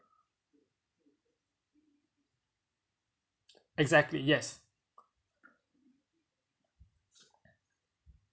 exactly yes